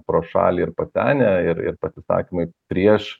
pro šalį ir pasenę ir pasisakymai prieš